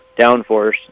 downforce